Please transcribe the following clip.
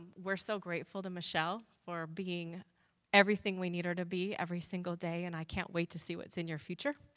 we're so grateful to michelle for being everything we need her to be every single day an and i can't wait to see what's in your future.